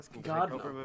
God